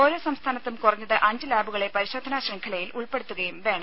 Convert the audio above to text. ഓരോ സംസ്ഥാനത്തും കുറഞ്ഞത് അഞ്ച് ലാബുകളെ പരിശോധനാ ശൃംഖലയിൽ ഉൾപ്പെടുത്തുകയും വേണം